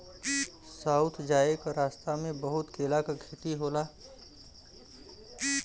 south जाए क रस्ता में बहुत केला क खेती होला